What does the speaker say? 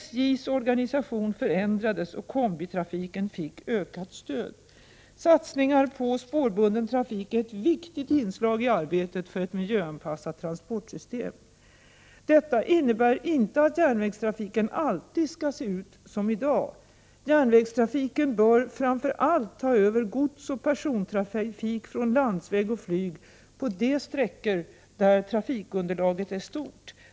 SJ:s organisation förändrades och kombitrafiken fick ökat stöd. Satsningar på spårbunden trafik är ett viktigt inslag i arbetet för ett miljöanpassat transportsystem. Detta innebär inte att järnvägstrafiken alltid skall se ut som i dag. Järnvägstrafiken bör framför allt ta över gods och persontrafik från landsväg och flyg på de sträckor där trafikunderlaget är stort.